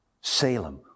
Salem